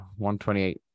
128